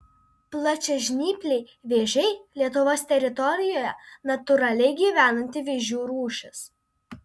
plačiažnypliai vėžiai lietuvos teritorijoje natūraliai gyvenanti vėžių rūšis